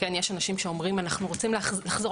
יש אנשים שאומרים אנחנו רוצים לחזור